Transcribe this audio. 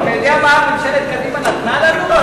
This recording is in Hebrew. אתה יודע מה ממשלת קדימה נתנה לנו?